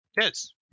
yes